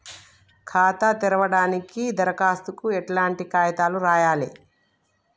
ఖాతా తెరవడానికి దరఖాస్తుకు ఎట్లాంటి కాయితాలు రాయాలే?